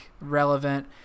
relevant